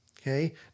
Okay